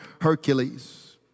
Hercules